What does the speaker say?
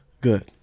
good